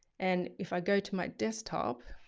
and if i go to my desktop,